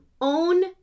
Own